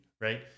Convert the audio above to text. right